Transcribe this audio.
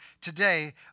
today